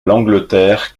l’angleterre